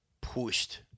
pushed